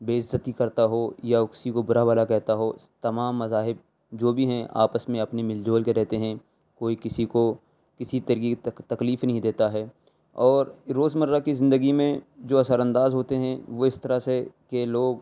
بے عزّتی کرتا ہو یا وہ کسی کو برا بھلا کہتا ہو تمام مذاہب جو بھی ہیں آپس میں اپنے مل جول کے رہتے ہیں کوئی کسی کو کسی طرح کی تکلیف نہیں دیتا ہے اور روزمرّہ کی زندگی میں جو اثرانداز ہوتے ہیں وہ اس طرح سے کہ لوگ